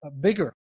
bigger